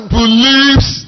believes